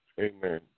amen